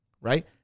right